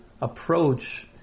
approach